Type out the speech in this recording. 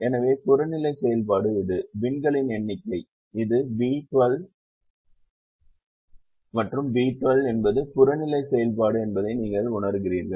எனவே புறநிலை செயல்பாடு இது பின்களின் எண்ணிக்கை இது B12 B12 என்பது புறநிலை செயல்பாடு என்பதை நீங்கள் உணருகிறீர்கள்